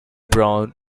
brown